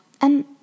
And